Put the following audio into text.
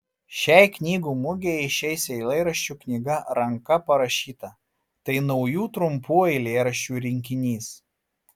šiai knygų mugei išeis eilėraščių knyga ranka parašyta tai naujų trumpų eilėraščių rinkinys